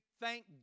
Thank